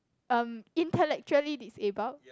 um intellectually disabled